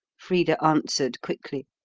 frida answered quickly.